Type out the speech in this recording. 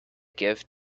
give